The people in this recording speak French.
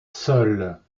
seule